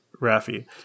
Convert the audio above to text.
Rafi